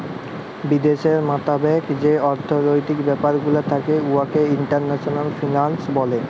বিদ্যাশের মতাবেক যে অথ্থলৈতিক ব্যাপার গুলা থ্যাকে উয়াকে ইল্টারল্যাশলাল ফিল্যাল্স ব্যলে